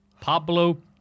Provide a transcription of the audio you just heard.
Pablo